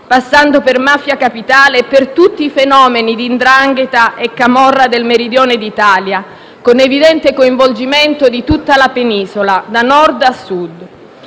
passando per Mafia Capitale e per tutti i fenomeni di 'ndrangheta e camorra del Meridione d'Italia, con evidente coinvolgimento di tutta la penisola, da Nord a Sud.